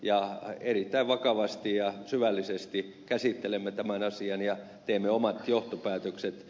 ja erittäin vakavasti ja syvällisesti käsittelemme tämän asian ja teemme omat johtopäätökset